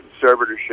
conservatorship